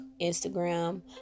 instagram